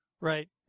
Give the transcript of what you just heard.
Right